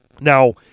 Now